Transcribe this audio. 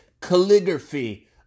calligraphy